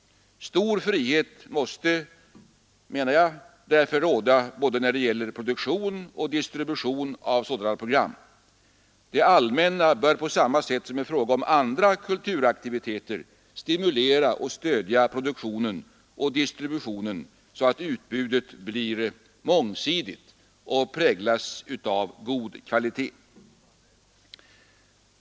Stor frihet måste, menar jag, därför råda när det gäller både produktion och distribution av sådana program. Det allmänna bör på samma sätt som i fråga om andra kulturaktiviteter stimulera och stödja produktionen och distributionen, så att utbudet blir mångsidigt och präglas av god kvalitet.